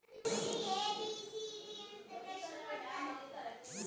ಅರವತ್ತು ತಿಂಗಳ ಕಾಲಾವಧಿ ಒಳಗ ನಾವು ಪ್ರತಿ ತಿಂಗಳು ಎಷ್ಟು ಮರುಪಾವತಿ ಮಾಡಬೇಕು ಅಂತೇರಿ?